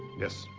yes.